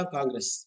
Congress